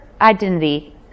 identity